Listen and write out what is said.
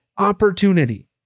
opportunity